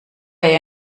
ihr